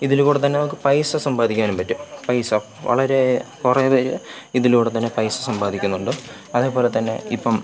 ഇതിൽ കൂടെ തന്നെ നമുക്ക് പൈസ സമ്പാദിക്കാനും പറ്റും പൈസ വളരെ കുറഞ്ഞത് ഇതിലൂടെ തന്നെ പൈസ സമ്പാദിക്കുന്നുണ്ട് അതേപോലെതന്നെ ഇപ്പോള്